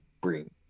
bring